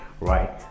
right